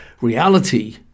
reality